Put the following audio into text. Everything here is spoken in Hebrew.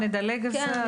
אז אם את רוצה שנדלג על זה.